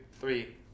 three